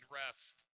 rest